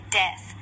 death